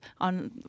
on